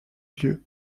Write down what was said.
lieu